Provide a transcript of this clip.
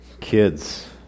Kids